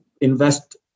invest